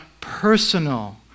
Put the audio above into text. personal